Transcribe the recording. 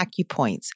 acupoints